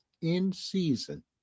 in-season